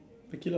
take it lah